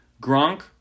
Gronk